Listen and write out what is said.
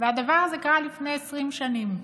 והדבר הזה קרה לפני 20 שנים.